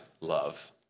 love